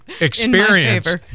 Experience